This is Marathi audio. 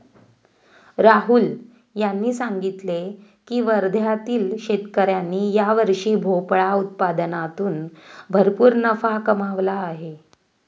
राहुल यांनी सांगितले की वर्ध्यातील शेतकऱ्यांनी यावर्षी भोपळा उत्पादनातून भरपूर नफा कमावला आहे